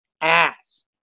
ass